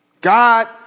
God